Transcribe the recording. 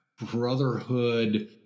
brotherhood